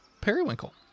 Periwinkle